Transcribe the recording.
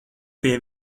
pie